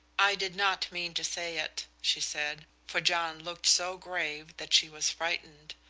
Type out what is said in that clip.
i did not mean to say it, she said, for john looked so grave that she was frightened.